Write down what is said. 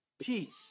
peace